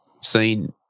seen